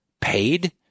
paid